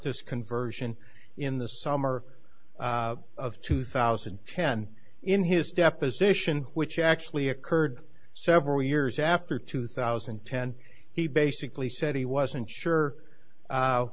this conversion in the summer of two thousand and ten in his deposition which actually occurred several years after two thousand and ten he basically said he wasn't sure